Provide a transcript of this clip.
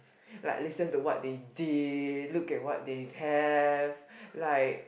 like listen to what they did look at what they have like